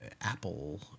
Apple